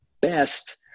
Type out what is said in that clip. best